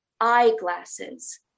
eyeglasses